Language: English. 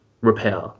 repair